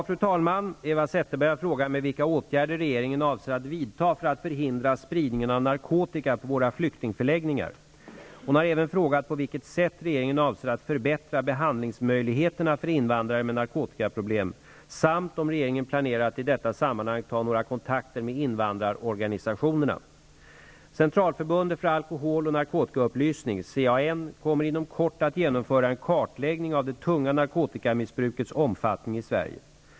Fru talman! Eva Zetterberg har frågat mig vilka åtgärder regeringen avser att vidta för att förhindra spridningen av narkotika på våra flyktingförläggningar. Hon har även frågat på vilket sätt regeringen avser att förbättra behandlingsmöjligheterna för invandrare med narkotikaproblem samt om regeringen planerar att i detta sammanhang ta några kontakter med invandrarorganisationerna. Centralförbundet för alkohol och narkotikaupplysning, CAN, kommer inom kort att genomföra en kartläggning av det tunga narkotikamissbrukets omfattning i Sverige.